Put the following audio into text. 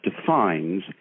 defines